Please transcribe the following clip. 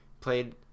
played